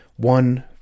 One